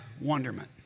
wonderment